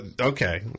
okay